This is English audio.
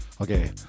okay